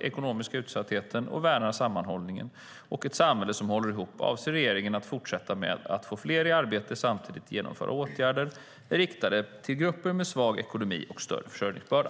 ekonomiska utsattheten och värna sammanhållningen och ett samhälle som håller ihop avser regeringen att fortsätta med att få fler i arbete och samtidigt genomföra åtgärder riktade till grupper med svag ekonomi och större försörjningsbörda.